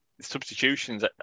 substitutions